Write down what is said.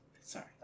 Sorry